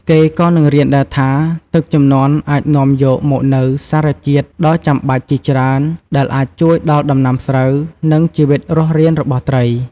គេក៏នឹងរៀនដែរថា ទឹកជំនន់អាចនាំយកមកនូវសារជាតិដ៏ចំបាច់ជាច្រើនដែលអាចជួយដល់ដំណាំស្រូវ និង ជីវិតរស់រានរបស់ត្រី។